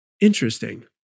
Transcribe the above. Interesting